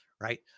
right